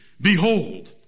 Behold